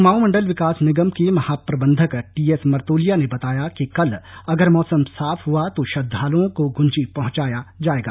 कुमांऊ मंडल विकास निगम के महाप्रबंधक टी एस मर्तोलिया ने बताया कि कल अगर मौसम साफ हुआ तो श्रद्धालुओं को गुंजी पहुंचाया जायेगा